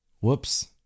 Whoops